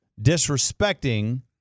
disrespecting